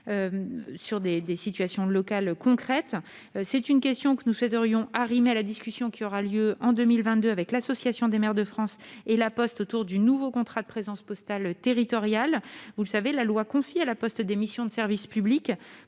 qui posent problème. C'est aussi une question que nous souhaiterions aborder dans le cadre de la discussion qui aura lieu en 2022 avec l'Association des maires de France et La Poste autour du nouveau contrat de présence postale territoriale. Comme vous le savez, la loi confie à La Poste des missions de service public